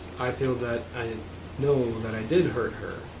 i feel that i know that i did hurt her.